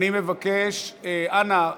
אני מבקש, אנא,